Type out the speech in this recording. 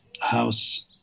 house